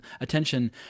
attention